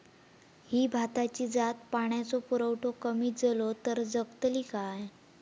ही भाताची जात पाण्याचो पुरवठो कमी जलो तर जगतली काय?